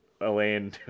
Elaine